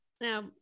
Now